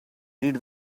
read